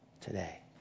today